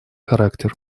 характер